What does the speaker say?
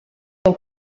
del